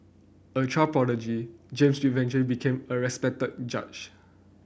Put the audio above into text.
a child prodigy James eventually became a respected judge